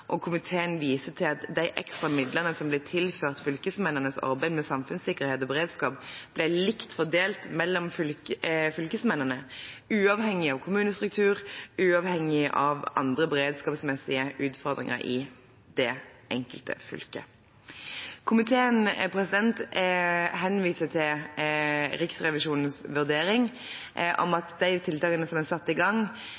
fylker. Komiteen viser til at de ekstra midlene som ble tilført fylkesmennenes arbeid med samfunnssikkerhet og beredskap, ble likt fordelt mellom fylkesmennene, uavhengig av kommunestruktur, uavhengig av andre beredskapsmessige utfordringer i det enkelte fylke. Komiteen viser til Riksrevisjonens vurdering